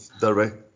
direct